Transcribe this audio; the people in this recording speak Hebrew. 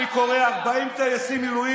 אני קורא: 40 טייסי מילואים,